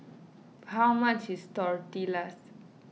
how much is Tortillas